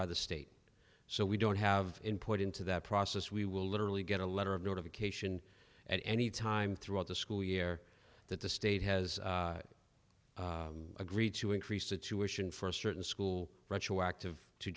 by the state so we don't have input into that process we will literally get a letter of notification at any time throughout the school year that the state has agreed to increase the tuition for a certain school retroactive to